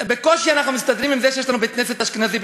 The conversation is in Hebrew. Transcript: בקושי אנחנו מסתדרים עם זה שיש לנו בית-כנסת אשכנזי,